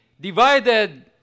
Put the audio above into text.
divided